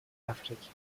африки